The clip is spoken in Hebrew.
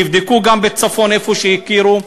תבדקו גם בצפון, במקום שהכירו.